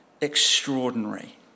extraordinary